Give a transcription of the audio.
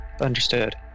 Understood